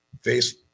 Face